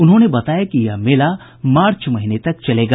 उन्होंने बताया कि यह मेला मार्च महीने तक चलेगा